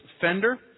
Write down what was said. fender